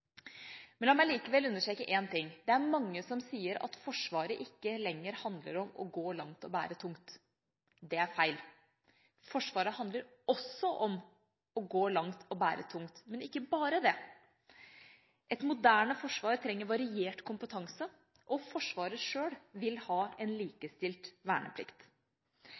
men det gir muligheter for det på sikt. Og prinsipielt er det veldig viktig. La meg likevel understreke en ting: Det er mange som sier at Forsvaret ikke lenger handler om å gå langt og bære tungt. Det er feil. Forsvaret handler også om å gå langt og bære tungt – men ikke bare det. Et moderne forsvar trenger variert kompetanse, og Forsvaret selv vil